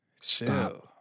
Stop